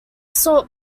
sought